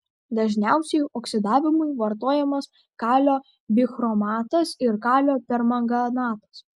dažniausiai oksidavimui vartojamas kalio bichromatas ir kalio permanganatas